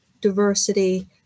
diversity